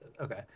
Okay